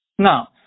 Now